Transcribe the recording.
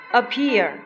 appear